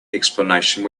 explanation